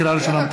לקריאה ראשונה,